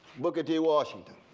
booker t. washington.